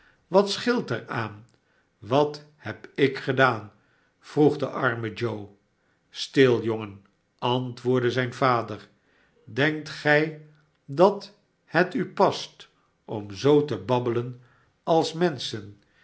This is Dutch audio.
wat scheelt er aan wat heb ik gedaan vroeg de arme joe stil jongen antwoordde zijn vader sdenkt gij dat het u past om zoo te babbelen als menschen